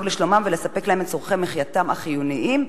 לשלומם ולספק להם את צורכי מחייתם החיוניים.